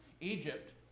Egypt